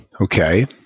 Okay